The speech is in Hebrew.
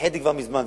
הנחיתי כבר מזמן,